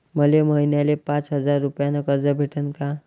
मले महिन्याले पाच हजार रुपयानं कर्ज भेटन का?